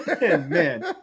man